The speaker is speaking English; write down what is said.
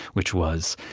which was,